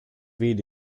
read